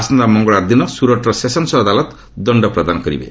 ଆସନ୍ତା ମଙ୍ଗଳବାର ଦିନ ସ୍ୱରଟ୍ର ସେସନ୍ସ୍ ଅଦାଲତ ଦଣ୍ଡପ୍ରଦାନ କରିବେ